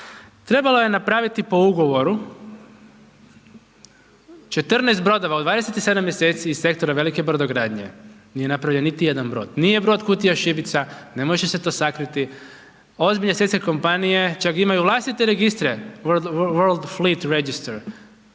Trebalo je napraviti po ugovoru 14 brodova u 27 mjeseci iz sektore velike brodogradnje. Nije napravljen niti jedan broj. Nije brod kutija šibica, ne može se to sakriti. Ozbiljne svjetske kompanije čak imaju vlastite registre, World fleet register.